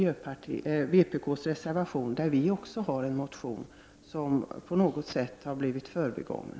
Vi hade också en motion angående detta, men den har på något sätt blivit förbigången.